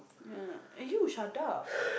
err eh you shut up